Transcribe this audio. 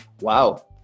wow